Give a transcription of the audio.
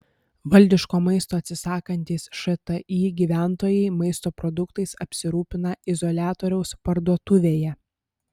valdiško maisto atsisakantys šti gyventojai maisto produktais apsirūpina izoliatoriaus parduotuvėje